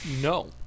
No